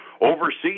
overseas